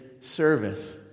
service